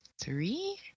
Three